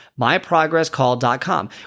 myprogresscall.com